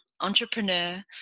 entrepreneur